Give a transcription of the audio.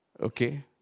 Okay